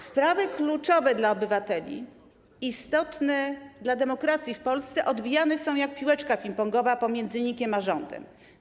Sprawy kluczowe dla obywateli, istotne dla demokracji w Polsce odbijane są jak piłeczka pingpongowa pomiędzy NIK-iem a rządem.